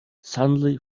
suddenly